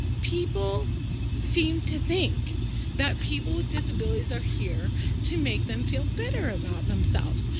people seem to think that people with disabilities are here to make them feel better about themselves.